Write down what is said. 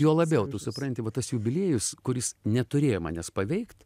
juo labiau tu supranti va tas jubiliejus kuris neturėjo manęs paveikt